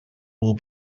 will